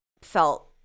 felt